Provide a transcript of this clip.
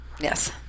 Yes